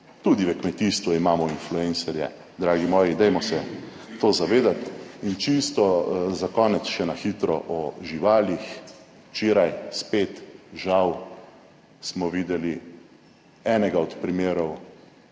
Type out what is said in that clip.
Tudi v kmetijstvu imamo influencerje, dragi moji, dajmo se to zavedati. In čisto za konec še na hitro o živalih, včeraj spet žal smo videli enega od primerov